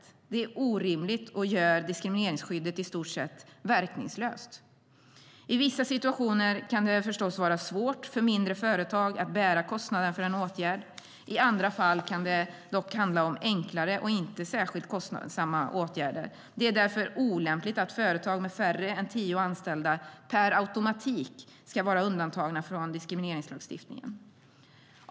Det är orimligt och gör diskrimineringsskyddet i stort sett verkningslöst.I vissa situationer kan det förstås vara svårt för mindre företag att bära kostnaden för en åtgärd. I andra fall kan det dock handla om enklare och inte särskilt kostsamma åtgärder. Det är därför olämpligt att företag med färre än tio anställda per automatik ska vara undantagna från diskrimineringslagstiftningen.